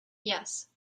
yes